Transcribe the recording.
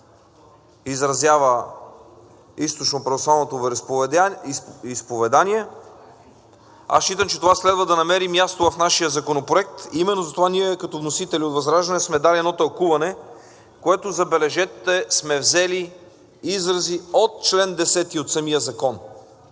изразява източно-православното изповедание. Аз считам, че това следва да намери място в нашия законопроект. Именно затова ние от ВЪЗРАЖДАНЕ като вносители сме дали едно тълкуване, в което, забележете, сме взели изрази от чл. 10 от самия закон.